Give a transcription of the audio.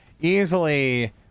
easily